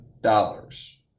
dollars